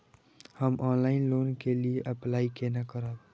हम online loan के लिए अप्लाई केना करब?